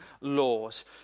laws